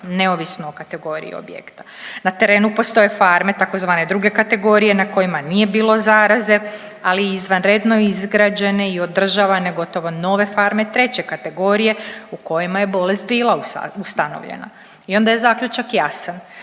neovisno o kategoriji objekta. Na terenu postoje farme, tzv. druge kategorije na kojima nije bilo zaraze, ali izvanredno izgrađene i održavane gotovo nove farme 3. kategorije u kojima je bolest bila ustanovljena. I onda je zaključak jasan.